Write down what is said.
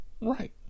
Right